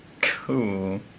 Cool